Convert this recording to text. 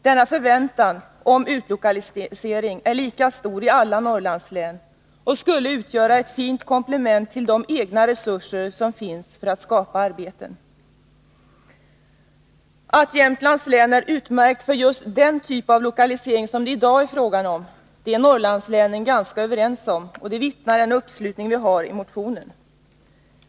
Denna förväntan om utlokalisering är lika stor i alla Norrlandslän och skulle utgöra ett fint komplement till de egna resurser som finns för att skapa arbeten. Att Jämtlands län är utmärkt för just den typ av utlokalisering som det i dag är fråga om är Norrlandslänen ganska överens om — det vittnar uppslutningen i motionen om.